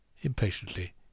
Impatiently